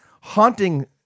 haunting